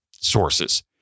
sources